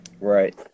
right